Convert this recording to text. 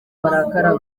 barakara